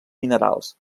minerals